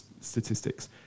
statistics